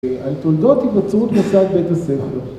על תולדות היווצרות מוסד בית הספר.